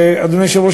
ואדוני היושב-ראש,